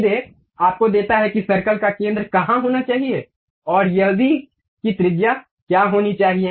सीधे आपको देता है कि सर्कल का केंद्र कहां होना चाहिए और यह भी कि त्रिज्या क्या होनी चाहिए